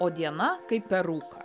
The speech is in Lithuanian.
o diena kaip per rūką